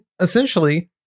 essentially